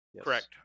Correct